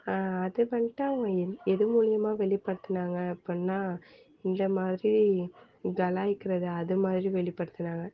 அது வந்துட்டு அவங்க என் எது மூலிமா வெளிப்படுத்தினாங்க அப்புடின்னா இந்த மாதிரி கலாய்க்கிறது அதுமாதிரி வெளிப்படுத்தினாங்க